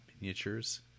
miniatures